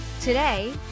Today